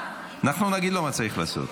אנחנו נגיד לו מה צריך לעשות.